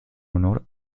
honor